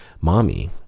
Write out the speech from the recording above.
mommy